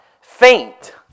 faint